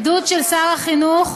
העידוד של שר החינוך